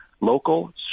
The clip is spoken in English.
local